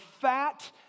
fat